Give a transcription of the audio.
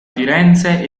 firenze